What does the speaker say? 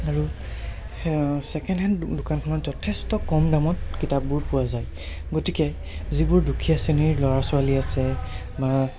আৰু second hand দোকানখনত যথেষ্ট কম দামত কিতাপবোৰ পোৱা যায় গতিকে যিবোৰ দুখীয়া শ্ৰেণীৰ ল'ৰা ছোৱালী আছে বা